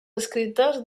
escrites